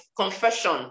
Confession